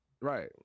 right